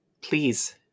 Please